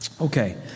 Okay